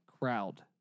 crowd